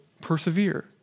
persevere